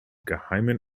geheimen